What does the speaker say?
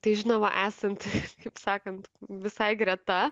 tai žinoma esant kaip sakant visai greta